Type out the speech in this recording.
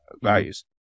values